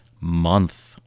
month